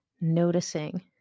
noticing